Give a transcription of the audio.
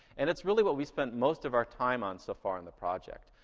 and it's really what we spent most of our time on so far in the project.